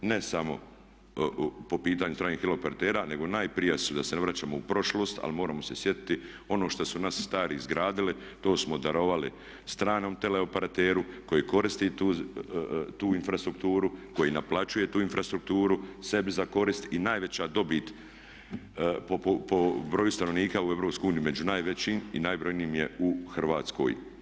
Ne samo po pitanju stranih teleoperatera nego najprije da se ne vraćamo u prošlost, ali moramo se sjetiti ono što su naši stari izgradili to smo darovali stranom tele operateru koji koristi tu infrastrukturu, koji naplaćuje tu infrastrukturu sebi za korist i najveća dobit po broju stanovnika u EU među najvećim i najbrojnijim je u Hrvatskoj.